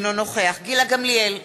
אינו נוכח גילה גמליאל,